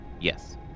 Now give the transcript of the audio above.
Yes